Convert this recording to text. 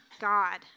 God